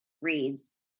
reads